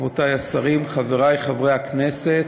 רבותי השרים, חברי חברי הכנסת,